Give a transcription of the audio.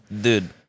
dude